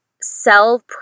sell